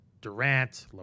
Durant